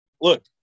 look